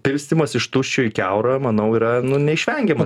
pilstymas iš tuščio į kiaurą manau yra neišvengiama